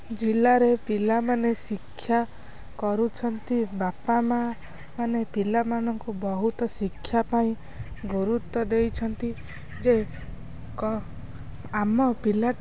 ଜିଲ୍ଲାରେ ପିଲାମାନେ ଶିକ୍ଷା କରୁଛନ୍ତି ବାପା ମା'ମାନେ ପିଲାମାନଙ୍କୁ ବହୁତ ଶିକ୍ଷା ପାଇଁ ଗୁରୁତ୍ୱ ଦେଇଛନ୍ତି ଯେ ଆମ ପିଲାଟି ବ